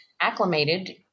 acclimated –